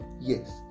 yes